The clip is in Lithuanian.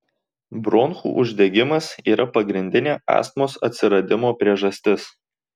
bronchų uždegimas yra pagrindinė astmos atsiradimo priežastis